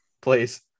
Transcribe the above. please